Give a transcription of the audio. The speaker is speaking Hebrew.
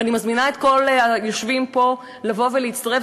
ואני מזמינה את כל היושבים פה לבוא ולהצטרף,